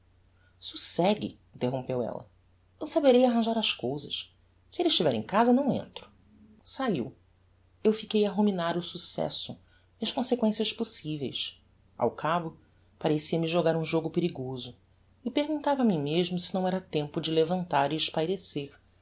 socegue interrompeu ella eu saberei arranjar as cousas se elle estiver em casa não entro saiu eu fiquei a ruminar o successo e as consequencias possiveis ao cabo parecia-me jogar um jogo perigoso e perguntava a mim mesmo se não era tempo de levantar e espairecer